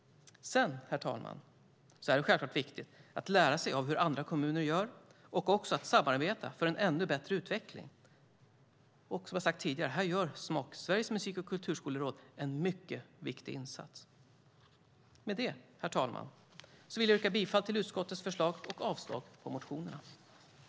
Sedan är det självklart viktigt, herr talman, att lära sig av hur andra kommuner gör och också att samarbeta för en ännu bättre utveckling. Som jag har sagt tidigare gör här SMOK, Sveriges musik och kulturskoleråd, en mycket viktig insats. Med det, herr talman, vill jag yrka bifall till utskottets förslag och avslag på motionerna. I detta anförande instämde Anne Marie Brodén , Ulf Nilsson och Anna Steele samt Lars-Axel Nordell .